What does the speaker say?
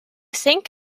think